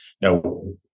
No